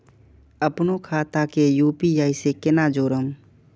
अपनो खाता के यू.पी.आई से केना जोरम?